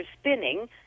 spinning